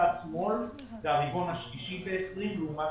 בצד שמאל זה הרבעון השלישי ב-2020 לעומת